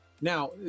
Now